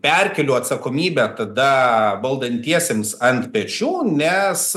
perkeliu atsakomybę tada valdantiesiems ant pečių nes